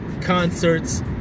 concerts